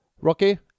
Rocky